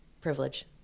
privilege